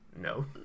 No